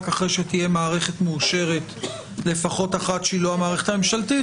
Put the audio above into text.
אחרי שתהיה מערכת מאושרת לפחות אחת שהיא לא המערכת הממשלתית,